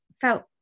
felt